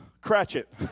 Cratchit